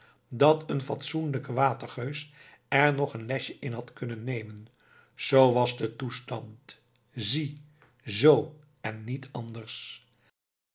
dat een fatsoenlijke watergeus er nog een lesje in had kunnen nemen zoo was de toestand zie z en niet anders